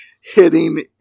hitting